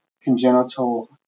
congenital